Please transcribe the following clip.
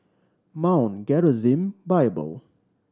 Mount Gerizim Bible